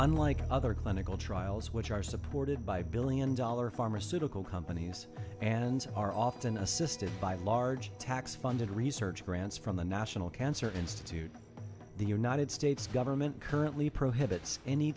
unlike other clinical trials which are supported by billion dollar pharmaceutical companies and are often assisted by large tax funded research grants from the national cancer institute the united states government currently prohibits any